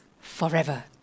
forever